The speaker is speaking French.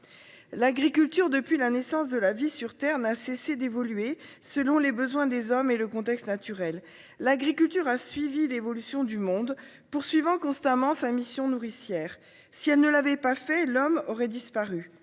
L'agriculture depuis la naissance de la vie sur Terre n'a cessé d'évoluer selon les besoins des hommes et le contexte naturel. L'agriculture a suivi l'évolution du monde poursuivant constamment sa mission nourricière. Si elle ne l'avait pas fait l'homme aurait disparu.